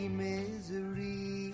misery